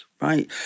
right